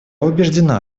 убеждена